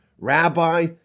Rabbi